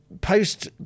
post